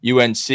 UNC